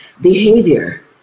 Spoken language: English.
behavior